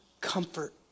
comfort